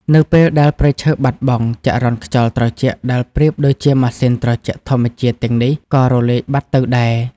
នៅពេលដែលព្រៃឈើបាត់បង់ ចរន្តខ្យល់ត្រជាក់ដែលប្រៀបដូចជាម៉ាស៊ីនត្រជាក់ធម្មជាតិទាំងនេះក៏រលាយបាត់ទៅដែរ។